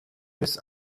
miss